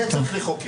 זה צריך לחוקק.